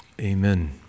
Amen